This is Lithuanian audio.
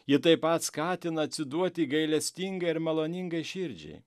ji taip pat skatina atsiduoti gailestinga ir maloningai širdžiai